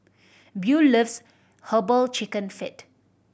Buel loves Herbal Chicken Feet